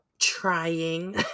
trying